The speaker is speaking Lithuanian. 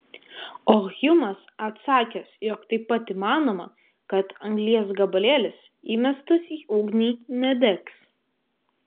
o hjumas atsakęs jog taip pat įmanoma kad anglies gabalėlis įmestas į ugnį nedegs